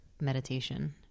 meditation